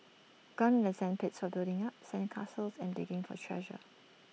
gone are the sand pits for building up sand castles and digging for treasure